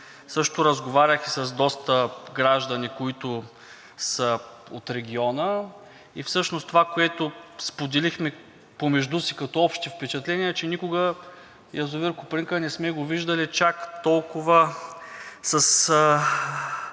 също разговарях и с доста граждани, които са от региона, и всъщност това, което споделихме помежду си като общи впечатления, е, че никога язовир „Копринка“ не сме го виждали чак с толкова